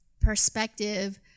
perspective